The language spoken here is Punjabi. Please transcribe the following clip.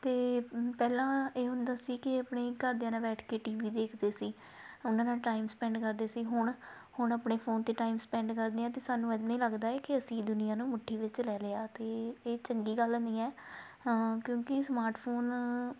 ਅਤੇ ਪਹਿਲਾਂ ਇਹ ਹੁੰਦਾ ਸੀ ਕਿ ਆਪਣੇ ਘਰਦਿਆਂ ਨਾਲ ਬੈਠ ਕੇ ਟੀਵੀ ਦੇਖਦੇ ਸੀ ਉਹਨਾਂ ਨਾਲ ਟਾਈਮ ਸਪੈਂਡ ਕਰਦੇ ਸੀ ਹੁਣ ਹੁਣ ਆਪਣੇ ਫੋਨ 'ਤੇ ਟਾਈਮ ਸਪੈਂਡ ਕਰਦੇ ਹਾਂ ਅਤੇ ਸਾਨੂੰ ਐਵੇਂ ਲੱਗਦਾ ਕਿ ਅਸੀਂ ਦੁਨੀਆਂ ਨੂੰ ਮੁੱਠੀ ਵਿੱਚ ਲੈ ਲਿਆ ਅਤੇ ਇਹ ਚੰਗੀ ਗੱਲ ਨਹੀਂ ਹੈ ਕਿਉਂਕਿ ਸਮਾਰਟ ਫੋਨ